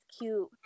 cute